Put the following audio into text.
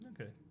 Okay